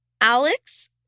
Alex